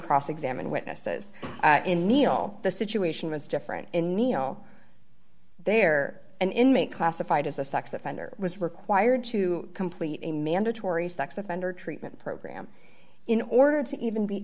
cross examine witnesses in neil the situation was different in mino there and in may classified as a sex offender was required to complete a mandatory sex offender treatment program in order to even be